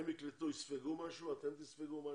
הם יקלטו, יספגו משהו, אתם תספגו משהו,